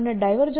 M Ml મળે છે